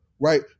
Right